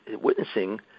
witnessing